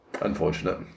Unfortunate